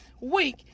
week